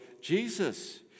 Jesus